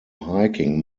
hiking